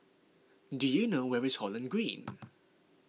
do you know where is Holland Green